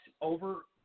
over